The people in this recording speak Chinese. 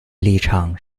立场